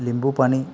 लिंबू पाणी